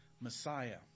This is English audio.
Messiah